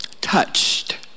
touched